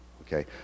Okay